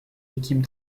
équipes